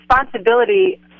responsibility